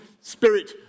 spirit